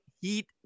heat